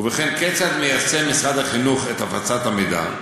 ובכן, כיצד מיישם משרד החינוך את הפצת המידע?